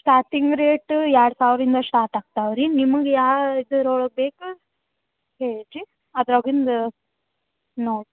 starting rate ಎರಡು ಸಾವಿರ ಇಂದ ಸ್ಟಾರ್ಟ್ ಆಗ್ತಾವೆ ರೀ ನಿಮ್ಗ ಯಾ ಇದರ ಒಳಗೆ ಬೇಕು ಹೇಳ್ರಿ ಅದಾಗ್ರಿಂದು ನೋಡಿ